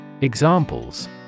Examples